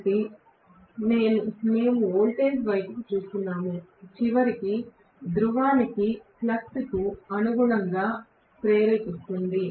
కాబట్టి మేము వోల్టేజ్ వైపు చూస్తున్నాము చివరికి ధ్రువానికి ఫ్లక్స్కు అనుగుణంగా ప్రేరేపిస్తుంది